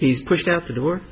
he's pushed out the door